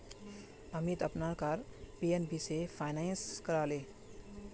अमीत अपनार car PNB स finance करालछेक